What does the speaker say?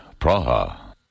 Praha